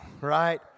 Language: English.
right